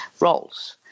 roles